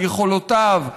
על יכולותיו,